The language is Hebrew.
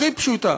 הכי פשוטה,